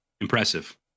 impressive